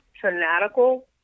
fanatical